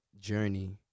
journey